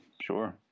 sure